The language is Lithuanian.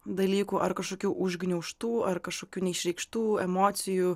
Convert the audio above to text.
dalykų ar kažkokių užgniaužtų ar kažkokių neišreikštų emocijų